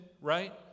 right